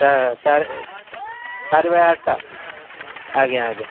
ଚାରି ବାଏ ଆଠଟା ଆଜ୍ଞା ଆଜ୍ଞା